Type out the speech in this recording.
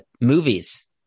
movies